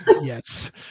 Yes